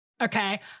Okay